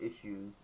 issues